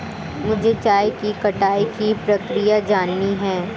मुझे चाय की कटाई की प्रक्रिया जाननी है